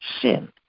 sin